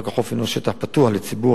פארק החוף הינו שטח פתוח לציבור,